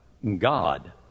God